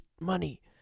money